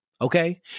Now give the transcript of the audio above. Okay